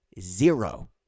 Zero